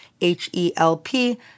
H-E-L-P